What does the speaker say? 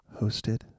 hosted